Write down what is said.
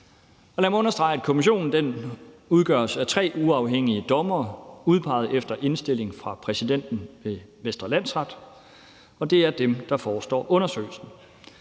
Lad mig understrege, at kommissionen udgøres af tre uafhængige dommere udpeget efter indstilling fra præsidenten ved Vestre Landsret, og at det er dem, der forestår undersøgelsen,